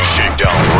Shakedown